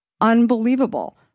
Unbelievable